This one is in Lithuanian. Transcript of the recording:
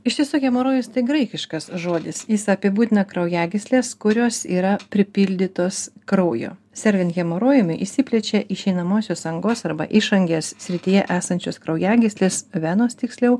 iš tiesų hemorojus tai graikiškas žodis jis apibūdina kraujagyslės kurios yra pripildytos kraujo sergant hemorojumi išsiplečia išeinamosios angos arba išangės srityje esančios kraujagyslės venos tiksliau